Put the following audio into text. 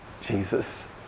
Jesus